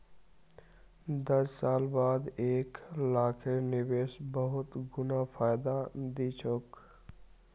दस साल बाद एक लाखेर निवेश बहुत गुना फायदा दी तोक